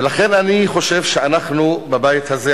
ולכן אני חושב שאנחנו בבית הזה,